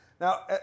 Now